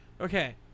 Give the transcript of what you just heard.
okay